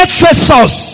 Ephesus